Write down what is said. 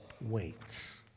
waits